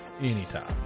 anytime